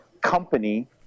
company